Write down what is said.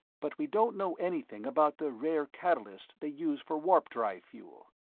but we don't know anything about the rare catalyst they use for warp-drive fuel.